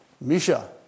Misha